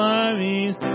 armies